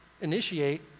initiate